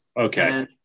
Okay